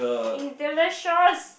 it's delicious